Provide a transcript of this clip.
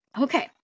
Okay